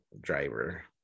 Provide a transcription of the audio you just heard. driver